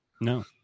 no